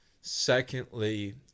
Secondly